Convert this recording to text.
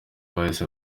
bahise